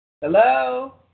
Hello